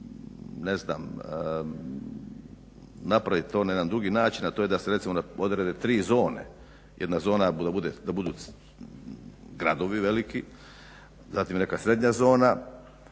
ne znam napraviti to na jedan drugi način da se recimo odrade tri zone. Jedna zona da budu gradovi veliki, zatim neka srednja zona,